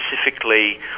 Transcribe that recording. specifically